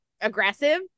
aggressive